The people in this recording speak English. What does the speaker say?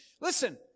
listen